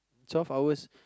twelve hours